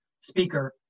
speaker